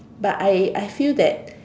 but I I feel that